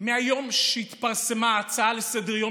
שמיום שהתפרסמה ההצעה לסדר-היום